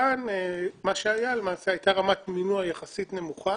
כאן למעשה הייתה רמת מינוע יחסית נמוכה